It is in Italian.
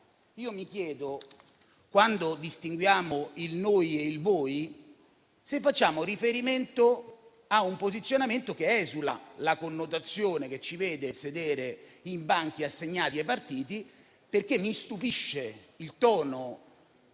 mi chiedo, quando distinguiamo il "noi" e il "voi", se facciamo riferimento a un posizionamento che esula dalla connotazione che ci vede sedere in banchi assegnati ai partiti. Mi stupisce infatti